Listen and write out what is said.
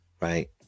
right